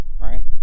right